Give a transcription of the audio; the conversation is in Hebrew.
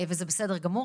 וזה בסדר גמור.